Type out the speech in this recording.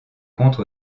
comptes